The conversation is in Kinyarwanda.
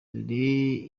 dore